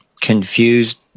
confused